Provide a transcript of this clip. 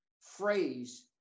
phrase